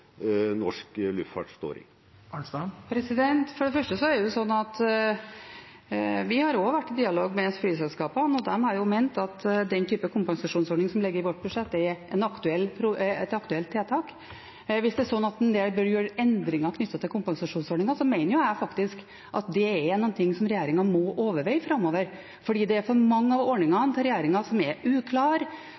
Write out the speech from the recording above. norsk luftfart står i? For det første er det slik at vi har også vært i dialog med flyselskapene, og de har ment at den type kompensasjonsordning som ligger i vårt budsjett, er et aktuelt tiltak. Hvis det er slik at en her bør gjøre endringer knyttet til kompensasjonsordningen, mener jeg faktisk at det er noe som regjeringen må overveie framover, for det er for mange av ordningene til regjeringen som er